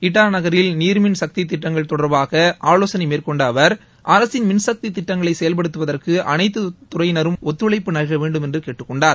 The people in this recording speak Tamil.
ஈட்டா நகரில் நீாமின் சக்தி திட்டங்கள் தொடா்பாக ஆலோசனை மேற்கொண்ட அவா் அரசின் மின்சக்தி திட்டங்களை செயல்படுத்துவதற்கு அளைத்து துறையினரும் ஒத்துழைக்க நல்க வேண்டுமென்று கேட்டுக் கொண்டார்